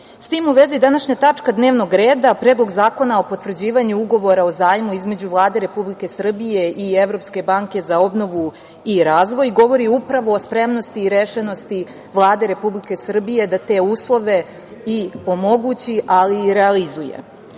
tim u vezi, današnja tačka dnevnog reda – Predlog zakona o potvrđivanju ugovora o zajmu između Vlade Republike Srbije i Evropske banke za obnovu i razvoj govori upravo o spremnosti i rešenosti Vlade Republike Srbije da te uslove i omogući, ali i realizuje. Projekat